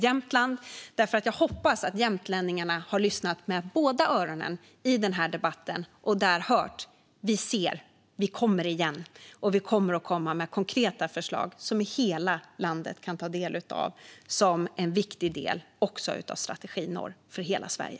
Jag hoppas att jämtlänningarna har lyssnat med båda öronen i den här debatten och att de har hört att vi ser, att vi kommer igen och att vi kommer att komma med konkreta förslag som hela landet kan ta del av som en viktig del av strategi norr och för hela Sverige.